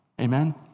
Amen